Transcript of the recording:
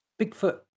Bigfoot